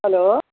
hello